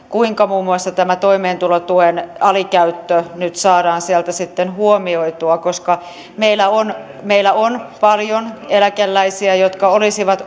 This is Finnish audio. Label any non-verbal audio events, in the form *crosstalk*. *unintelligible* kuinka muun muassa toimeentulotuen alikäyttö nyt saadaan sieltä sitten huomioitua koska meillä on meillä on paljon eläkeläisiä jotka olisivat *unintelligible*